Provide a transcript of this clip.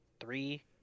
three